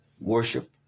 worship